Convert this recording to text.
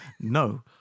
No